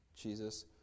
Jesus